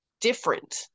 different